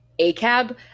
ACAB